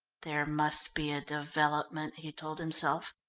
there must be a development, he told himself.